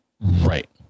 Right